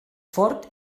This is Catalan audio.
fort